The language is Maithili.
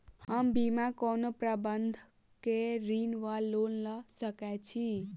हम बिना कोनो बंधक केँ ऋण वा लोन लऽ सकै छी?